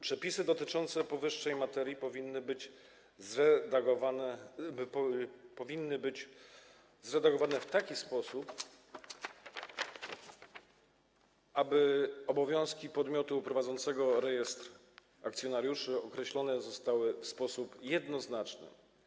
Przepisy dotyczące powyższej materii powinny być zredagowane w taki sposób, aby obowiązki podmiotu prowadzącego rejestr akcjonariuszy określone zostały w sposób jednoznaczny.